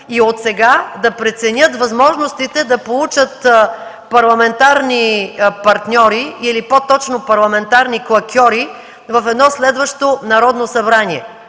и отсега да преценят възможностите да получат парламентарни партньори или по-точно парламентарни клакьори в едно следващо Народно събрание,